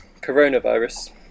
coronavirus